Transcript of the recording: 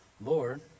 Lord